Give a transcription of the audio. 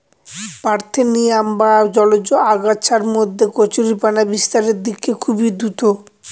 parthenium বা জলজ আগাছার মধ্যে কচুরিপানা বিস্তারের দিক খুবই দ্রূত